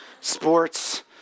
sports